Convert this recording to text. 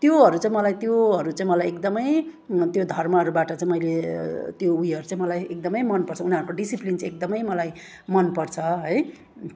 त्योहरू चाहिँ मलाई त्योहरू चाहिँ मलाई एकदमै त्यो धर्महरूबाट चाहिँ मैले त्यो उयोहरू चाहिँ मलाई एकदमै मनपर्छ उनीहरूको डिसिप्लिन चाहिँ एकदमै मलाई मनपर्छ है